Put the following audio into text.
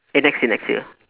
eh next year next year